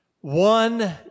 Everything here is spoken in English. One